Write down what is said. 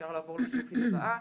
אפשר לעבור לשקופית הבאה,